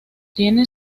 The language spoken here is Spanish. tiene